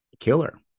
Killer